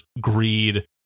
greed